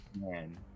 Man